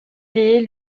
est